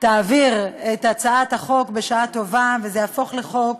תעביר את הצעת החוק, בשעה טובה, וזה יהפוך לחוק,